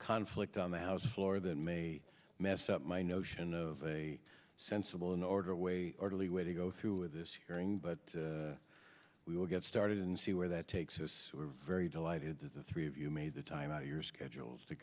conflict on the house floor that may mess up my notion of a sensible an orderly way orderly way to go through with this hearing but we will get started and see where that takes us we're very delighted that the three of you made the time at your schedules to